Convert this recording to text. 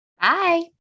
Bye